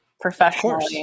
professionally